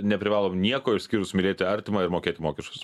neprivalom nieko išskyrus mylėti artimą ir mokėti mokesčius